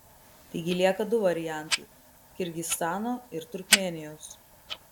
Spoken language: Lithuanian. taigi lieka du variantai kirgizstano ir turkmėnijos